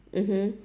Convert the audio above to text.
mmhmm